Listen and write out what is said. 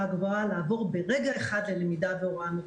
הגבוהה לעבור ברגע אחד ללמידה והוראה מרחוק.